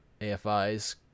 AFI's